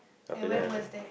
after that I